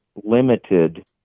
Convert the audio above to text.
limited